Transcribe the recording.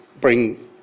bring